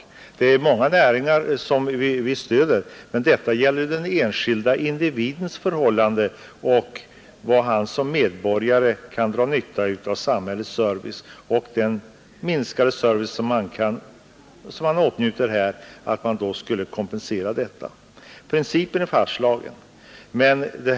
Vi stöder många näringar, men här gäller det den enskilda individens förhållande — den nytta han som medborgare kan dra av samhällets service. Den minskade service han åtnjuter skulle således kompenseras i skattehänseende. Den principen är fastslagen.